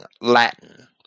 Latin